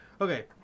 Okay